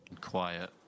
Quiet